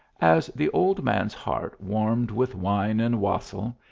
as the old man s heart warmed with wine and wassail,